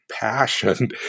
passion